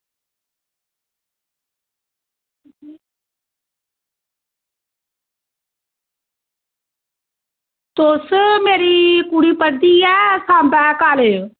तुस मेरी कुड़ी पढ़दी ऐ सांबा कालेज